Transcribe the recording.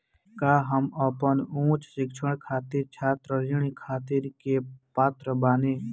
का हम अपन उच्च शिक्षा खातिर छात्र ऋण खातिर के पात्र बानी?